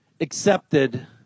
accepted